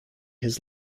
his